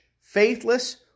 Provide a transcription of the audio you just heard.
faithless